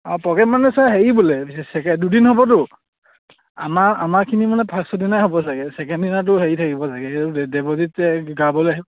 অঁ প্ৰগেম মানে ছাৰ হেৰি বোলে চে দুদিন হ'বতো আমাৰ আমাৰখিনি মানে ফাৰ্ষ্টৰ দিনাই হ'ব চাগে ছেকেণ্ড দিনাতো হেৰি থাকিব চাগে এইটো দেৱজিত যে গাবলৈ আহিব